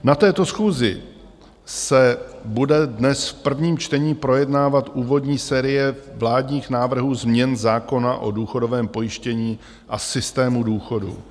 Na této schůzi se bude dnes v prvním čtení projednávat úvodní série vládních návrhů změn zákona o důchodovém pojištění a systému důchodu.